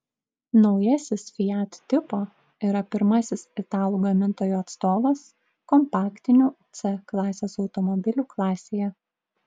naujasis fiat tipo yra pirmasis italų gamintojo atstovas kompaktinių c klasės automobilių klasėje